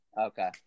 Okay